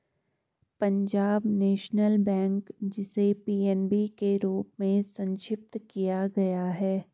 Punjab National Bank, जिसे PNB के रूप में संक्षिप्त किया गया है